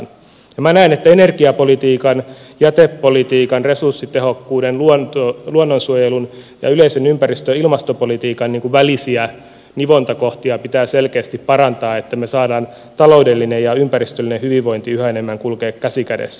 minä näen että energiapolitiikan jätepolitiikan resurssitehokkuuden luonnonsuojelun ja yleisen ympäristö ja ilmastopolitiikan välisiä nivontakohtia pitää selkeästi parantaa jotta saadaan taloudellinen ja ympäristöllinen hyvinvointi yhä enemmän kulkemaan käsi kädessä